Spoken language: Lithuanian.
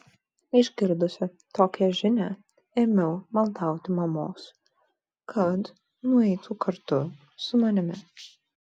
išgirdusi tokią žinią ėmiau maldauti mamos kad nueitų kartu su manimi